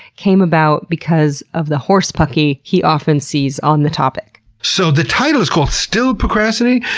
came about because of the horsepucky he often sees on the topic. so, the title is called, still procrastinating?